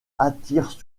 attirent